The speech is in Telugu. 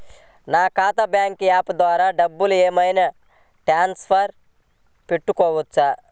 నా ఖాతా బ్యాంకు యాప్ ద్వారా డబ్బులు ఏమైనా ట్రాన్స్ఫర్ పెట్టుకోవచ్చా?